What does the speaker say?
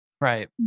Right